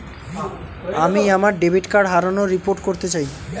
আমি আমার debit card হারানোর রিপোর্ট করতে চাই